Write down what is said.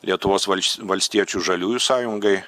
lietuvos valstiečių ir žaliųjų sąjungai